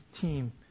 team